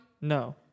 No